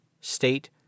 state